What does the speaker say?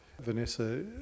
Vanessa